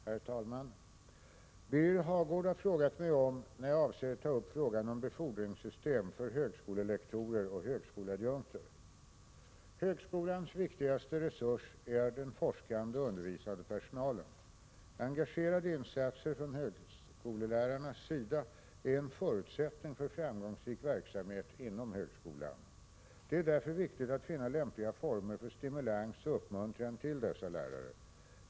Herr talman! Birger Hagård har frågat mig om och när jag avser att ta upp frågan om befordringssystem för högskolelektorer och högskoleadjunkter. Högskolans viktigaste resurs är den forskande och undervisande personalen. Engagerade insatser från högskolelärarnas sida är en förutsättning för framgångsrik verksamhet inom högskolan. Det är därför viktigt att finna lämpliga former för stimulans och uppmuntran till dessa lärare.